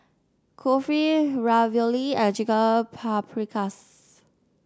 Kulfi Ravioli and Chicken Paprikas